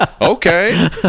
okay